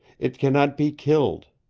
it cannot be killed.